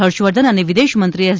હર્ષવર્ધન અને વિદેશમંત્રી એસ